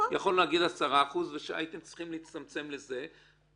והייתם צריכים להצטמצם לזה.